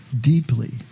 deeply